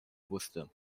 wusste